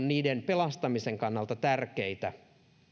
niiden pelastamisen kannalta tärkeitä